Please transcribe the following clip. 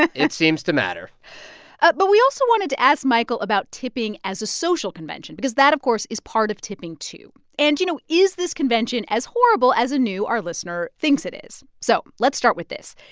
it seems to matter but we also wanted to ask michael about tipping as a social convention because that, of course, is part of tipping, too. and, you know, is this convention as horrible as anu, our listener, thinks it is? so let's start with this.